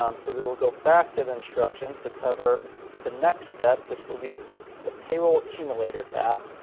um so, we will go back to the instructions to cover the next step, which will be the the payroll accumulator tab.